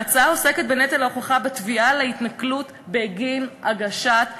ההצעה עוסקת בנטל ההוכחה בתביעה על ההתנכלות בגין הגשת תלונה.